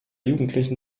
jugendlichen